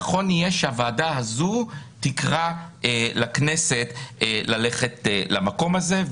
נכון יהיה שהוועדה הזאת תקרא לכנסת ללכת למקום הזה.